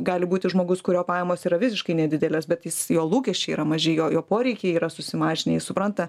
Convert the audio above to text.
gali būti žmogus kurio pajamos yra visiškai nedidelės bet jis jo lūkesčiai yra maži jo jo poreikiai yra susimažinę jis supranta